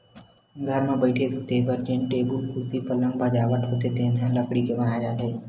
घर म बइठे, सूते बर जेन टेबुल, कुरसी, पलंग, बाजवट होथे तेन ह लकड़ी के बनाए जाथे